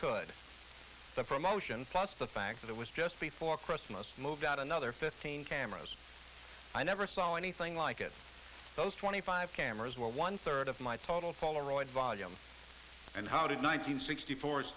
could the promotion plus the fact that it was just before christmas moved out another fifteen cameras i never saw anything like it those twenty five cameras were one third of my total polaroid volume and how did nine hundred sixty four